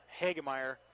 Hagemeyer